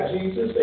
Jesus